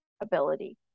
ability